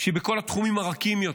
שהיא בכל התחומים הרכים יותר,